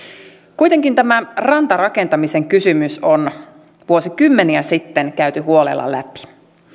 kuitenkin tämä rantarakentamisen kysymys on vuosikymmeniä sitten käyty huolella läpi